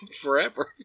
forever